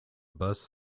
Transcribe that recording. bus